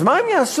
אז מה הם יעשו?